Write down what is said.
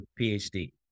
PhD